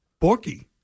Borky